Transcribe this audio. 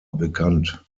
bekannt